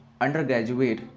undergraduate